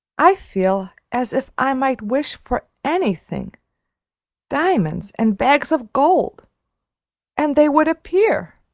i feel as if i might wish for anything diamonds and bags of gold and they would appear!